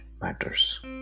Matters